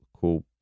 cool